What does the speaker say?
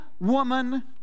woman